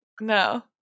no